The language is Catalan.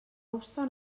obstant